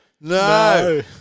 no